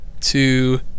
two